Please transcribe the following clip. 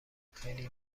خیلی